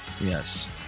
Yes